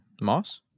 Moss